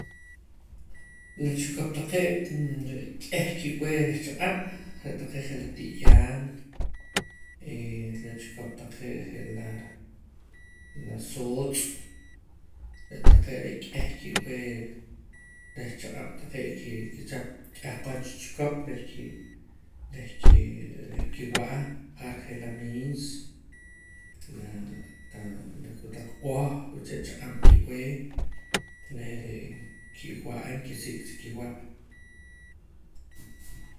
La chikop taqee' re' k'eh kib'ee reh chaq'ab' re' taqee' je' la ti'yaan la chikop taqee' je' laa la sootz' re' taqee' are' k'eh kib'ee reh chaq'ab' taqee' ke kichap ch'ahqon cha chikop reh kie reh kie reh nkiwa'a ja'ar je' la miis la la kotaq b'oh wiche' chaq'ab' kib'ee reh re' kiwa'a y nkisik' sa kiwa'